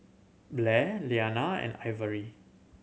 Blair Iyana and Ivory